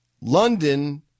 London